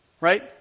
right